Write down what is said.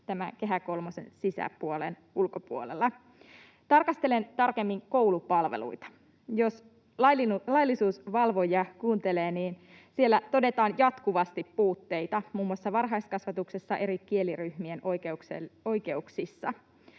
Kehä kolmosen ulkopuolella. Tarkastelen tarkemmin koulupalveluita. Jos laillisuusvalvojia kuuntelee, niin siellä todetaan jatkuvasti puutteita muun muassa varhaiskasvatuksessa eri kieliryhmien oikeuksissa.